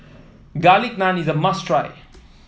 Garlic Naan is a must try